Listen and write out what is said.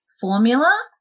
formula